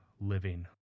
living